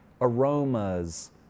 aromas